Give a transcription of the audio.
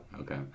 Okay